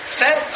set